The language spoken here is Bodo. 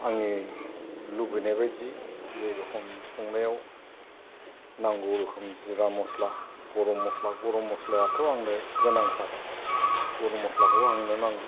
आंनि लुबैनाय बायदि जेरेखम संनायाव नांगौ रोखोम जिरा मस्ला गरम मस्ला गरम मस्लायाथ' आंनो गोनांथार गरम मस्लाखौ आंनो नांगौ